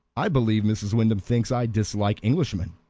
i believe mrs. wyndham thinks i dislike englishmen,